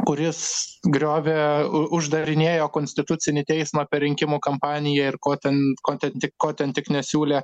kuris griovė uždarinėjo konstitucinį teismą per rinkimų kampaniją ir ko ten ko ten ko ten tik nesiūlė